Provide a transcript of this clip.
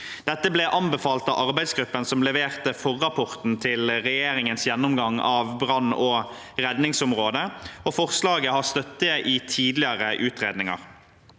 Dette ble anbefalt av arbeidsgruppen som leverte forrapporten til regjeringens gjennomgang av brann- og redningsområdet, og forslaget har støtte i tidligere utfordringer.